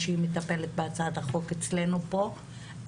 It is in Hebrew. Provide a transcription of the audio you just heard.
שהיא מטפלת בהצעת החוק אצלנו פה,